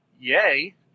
yay